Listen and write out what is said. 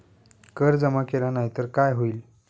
कर जमा केला नाही तर काय होईल?